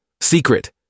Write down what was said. Secret